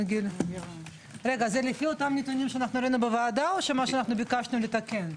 -- זה לפי הנתונים שראינו בוועדה או מה שביקשנו לתקן?